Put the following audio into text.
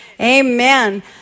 Amen